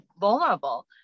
vulnerable